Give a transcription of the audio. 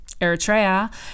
Eritrea